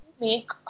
make